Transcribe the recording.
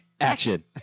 action